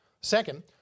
Second